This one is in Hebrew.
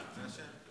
זה השם.